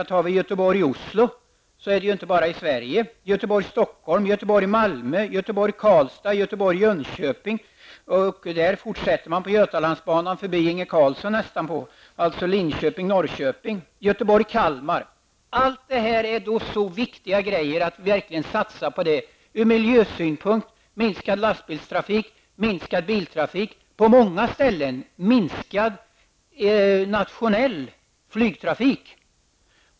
Sträckningen Göteborg--Oslo ligger inte bara i Sverige. Göteborg--Stockholm, Göteborg-- Jönköping -- utmed den linjen fortsätter man på Göteborg--Kalmar. Allt detta är viktiga saker att satsa på ur miljösynpunkt. Det ger minskad lastbilstrafik och minskad biltrafik på många ställen. Det ger minskad nationell flygtrafik.